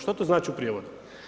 Što to znači u prijevodu.